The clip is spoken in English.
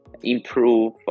improve